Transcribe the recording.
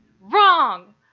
wrong